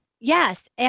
yes